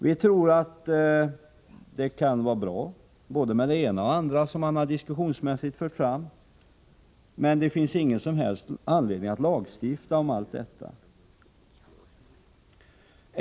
Vi tror att det kan vara bra med både det ena och det andra som diskussionsledes har förts fram, men det finns ingen som helst anledning att lagstifta.